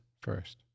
first